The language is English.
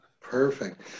Perfect